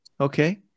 Okay